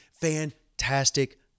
fantastic